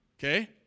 Okay